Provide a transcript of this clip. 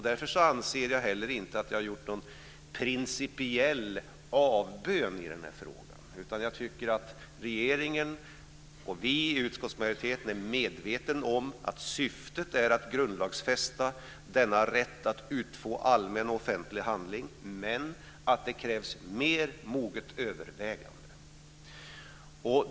Därför anser jag inte heller att jag har gjort någon principiell avbön i den här frågan. Jag tycker att regeringen och vi i utskottsmajoriteten är medvetna om att syftet är att grundlagsfästa denna rätt att utfå allmän offentlig handling, men att det krävs mer moget övervägande.